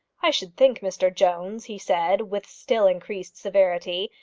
i should think, mr jones, he said, with still increased severity,